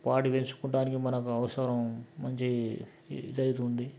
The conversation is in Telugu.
వాటి పెంచుకోవటానికి మనకు అవసరం మంచి ఇదైతుంది